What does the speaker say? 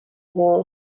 borrow